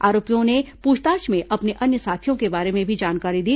आरोपियों ने पूछताछ में अपने अन्य साथियों के बारे में भी जानकारी दी